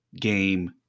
game